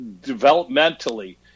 developmentally